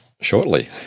shortly